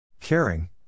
Caring